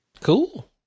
Cool